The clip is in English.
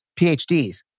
PhDs